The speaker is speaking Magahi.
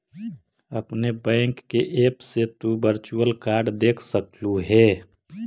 अपने बैंक के ऐप से तु वर्चुअल कार्ड देख सकलू हे